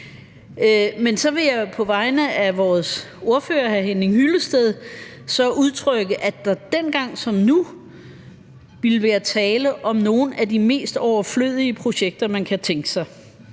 Jeg vil på vegne af vores ordfører, hr. Henning Hyllested, udtrykke, at der dengang som nu ville være tale om nogle af de mest overflødige projekter, man kan tænke sig.